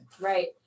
Right